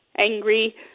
angry